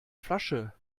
flasche